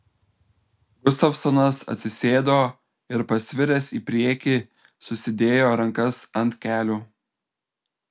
gustavsonas atsisėdo ir pasviręs į priekį susidėjo rankas ant kelių